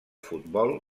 futbol